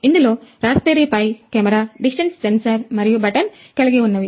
ఇందులో raspberry Pi camera distance sensor మరియు button కలిగి ఉన్నవి